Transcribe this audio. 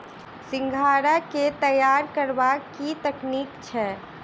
सिंघाड़ा केँ तैयार करबाक की तकनीक छैक?